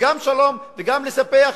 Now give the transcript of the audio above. גם שלום וגם לספח,